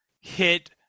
hit